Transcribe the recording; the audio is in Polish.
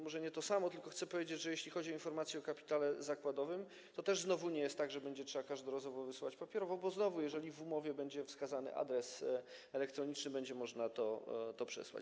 Może nie to samo, ale tylko chcę powiedzieć, że jeśli chodzi o informacje o kapitale zakładowym, to też znowu nie jest tak, że będzie trzeba każdorazowo wysyłać papiery, bo jeżeli w umowie będzie wskazany adres elektroniczny, będzie można to przesłać.